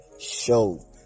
show